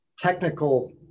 technical